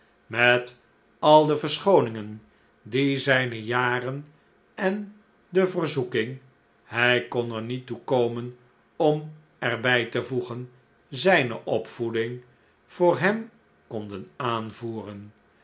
met al de verschooningen die zijne jaren en de verzoeking hij kon er niet toe komen om er bij te voegen zijne opvoeding voor hem konden aanvoeren